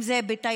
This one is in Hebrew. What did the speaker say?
אם זה בתיירות,